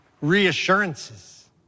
reassurances